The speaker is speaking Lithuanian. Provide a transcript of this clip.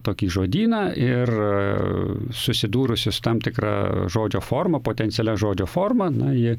tokį žodyną ir susidūrusi su tam tikra žodžio forma potencialia žodžio forma na ji